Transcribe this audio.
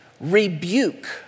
rebuke